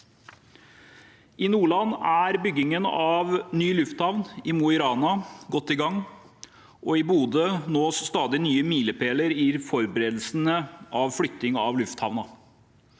I Nordland er byggingen av ny lufthavn i Mo i Rana godt i gang, og i Bodø nås stadig nye milepæler i forberedelsene av flytting av lufthavnen.